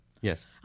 Yes